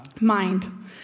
Mind